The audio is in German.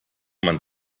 man